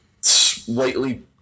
slightly